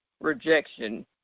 rejection